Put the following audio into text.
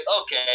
okay